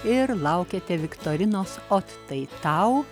ir laukiate viktorinos ot tai tau